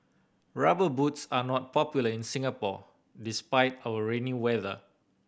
Rubber Boots are not popular in Singapore despite our rainy weather